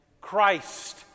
Christ